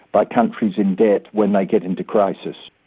by countries in debt when they get into crisis,